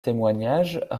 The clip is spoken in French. témoignage